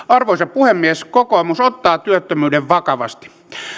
arvoisa puhemies kokoomus ottaa työttömyyden vakavasti